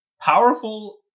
powerful